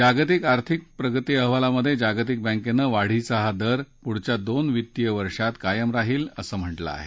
जागतिक आर्थिक प्रगती अहवालात जागतिक बँकेनं वाढीचा हा दर पुढच्या दोन वित्तीय वर्षात कायम राहील असं म्हटलं आहे